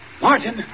Martin